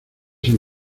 sin